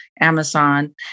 Amazon